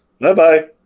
Bye-bye